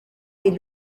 est